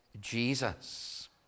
Jesus